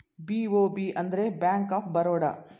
BOB ಅಂದರೆ bank of Baroda